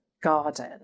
garden